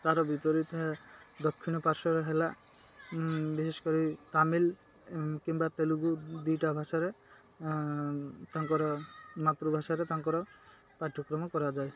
ତାର ବିପରୀତା ଦକ୍ଷିଣ ପାର୍ଶ୍ୱରେ ହେଲା ବିଶେଷ କରି ତାମିଲ କିମ୍ବା ତେଲୁଗୁ ଦୁଇଟା ଭାଷାରେ ତାଙ୍କର ମାତୃଭାଷାରେ ତାଙ୍କର ପାଠ୍ୟକ୍ରମ କରାଯାଏ